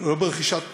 ברכישת